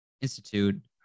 Institute